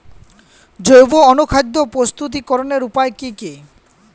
জৈব অনুখাদ্য প্রস্তুতিকরনের উপায় কী কী?